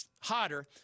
hotter